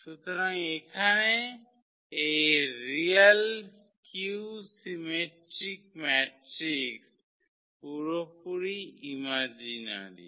সুতরাং এখানে এই রিয়াল স্কিউ সিমেট্রিক ম্যাট্রিক্স পুরোপুরি ইমাজিনারি